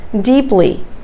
deeply